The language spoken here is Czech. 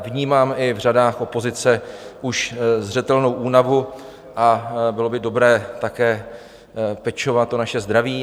Vnímám i v řadách opozice už zřetelnou únavu a bylo by dobré také pečovat o naše zdraví.